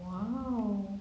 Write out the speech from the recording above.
!wow!